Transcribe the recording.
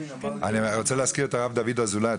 אני רוצה להזכיר את הרב דוד אזולאי,